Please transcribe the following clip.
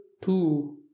two